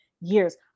years